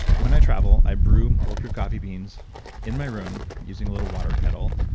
when i travel, i brew bulletproof coffee beans in my room, using a little water kettle,